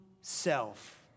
self